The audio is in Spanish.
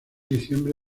diciembre